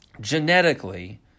genetically